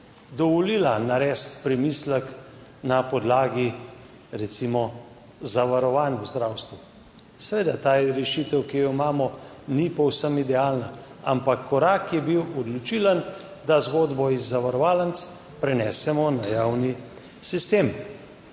dovolila narediti premislek na podlagi, recimo zavarovanj v zdravstvu. Seveda ta rešitev, ki jo imamo, ni povsem idealna, ampak korak je bil odločilen, da zgodbo iz zavarovalnic prenesemo na javni sistem.